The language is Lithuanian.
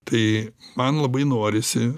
tai man labai norisi